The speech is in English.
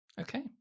Okay